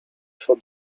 for